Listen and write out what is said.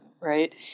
right